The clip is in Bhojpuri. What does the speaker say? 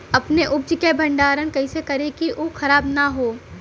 अपने उपज क भंडारन कइसे करीं कि उ खराब न हो?